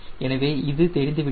எனவே இது தெரிந்துவிட்டது